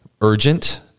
urgent